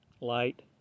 Light